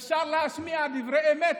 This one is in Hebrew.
אפשר להשמיע דברי אמת,